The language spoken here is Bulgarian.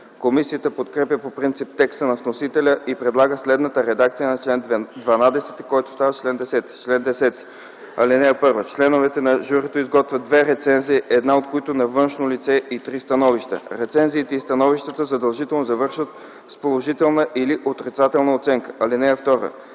Комисията подкрепя по принцип текста на вносителя и предлага следната редакция на чл. 12, който става чл. 10: „Чл. 10. (1) Членовете на журито изготвят две рецензии, една от които на външно лице, и три становища. Рецензиите и становищата задължително завършват с положителна или отрицателна оценка. (2)